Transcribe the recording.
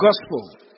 gospel